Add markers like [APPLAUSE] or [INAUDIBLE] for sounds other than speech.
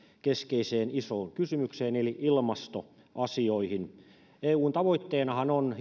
keskeiseen isoon kysymykseen eli ilmastoasioihin eun tavoitteenahan on [UNINTELLIGIBLE]